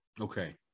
Okay